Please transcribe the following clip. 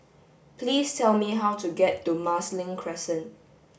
please tell me how to get to Marsiling Crescent